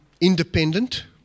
independent